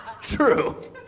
True